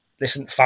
Listen